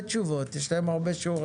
הישיבה ננעלה בשעה